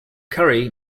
curry